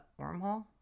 Wormhole